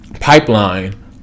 pipeline